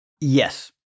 Yes